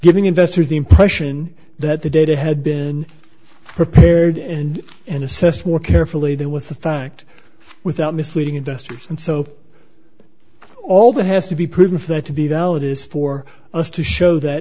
giving investors the impression that the data had been prepared and and assessed more carefully than was the fact without misleading investors and so all that has to be proven for that to be valid is for us to show that